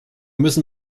müssen